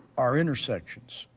our intersections,